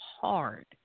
hard